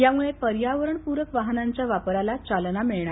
यामुळे पर्यावरणप्रक वाहनांच्या वापरला चालना मिळेल